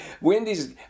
Wendy's